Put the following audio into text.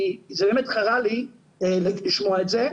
כי זה באמת חרה לי לשמוע את זה.